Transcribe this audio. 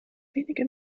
wenige